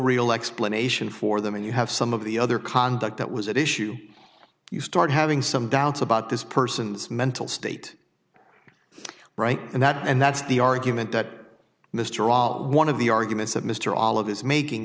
real explanation for them and you have some of the other conduct that was at issue you start having some doubts about this person's mental state right and that and that's the argument that mr all one of the arguments of mr all of his making